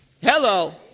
Hello